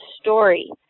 story